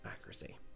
accuracy